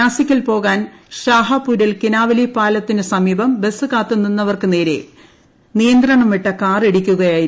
നാസിക്കിൽ പോകാൻ ഷാഹാപ്പൂറിൽ കിനാവലി പാലത്തിനു സമീപം ബസ് കാത്തു നിന്നവർക്ക് നേരെ നിയന്ത്രണം വിട്ട കാറിടിക്കുകയായിരുന്നു